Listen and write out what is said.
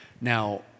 Now